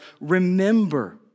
Remember